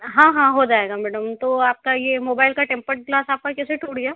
हाँ हाँ हो जाएगा मैडम तो आपका ये मोबाइल का टेम्पर्ट ग्लास आपका कैसे टूट गया